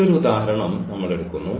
മറ്റൊരു ഉദാഹരണം നമ്മൾ എടുക്കുന്നു